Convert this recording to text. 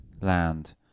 land